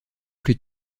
plus